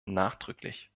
nachdrücklich